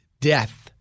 death